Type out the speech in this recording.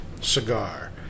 cigar